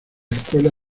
escuela